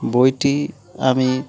বইটি আমি